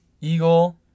Eagle